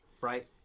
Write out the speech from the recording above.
Right